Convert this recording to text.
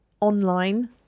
online